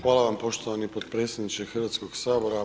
Hvala vam poštovani potpredsjedniče Hrvatskog sabora.